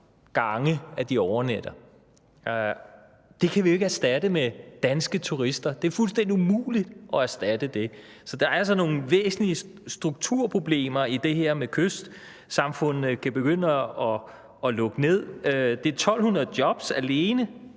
gange, de overnatter. Det kan vi jo ikke erstatte med danske turister. Det er fuldstændig umuligt at erstatte det. Så der er altså nogle væsentlige strukturproblemer i det her. Kystsamfundene kan begynde at lukke ned. Det er 1.200 jobs alene